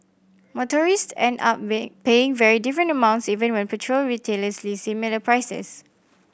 motorist end up paying very different amounts even when petrol retailers list similar prices